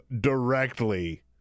directly